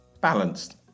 balanced